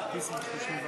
נתקבלו.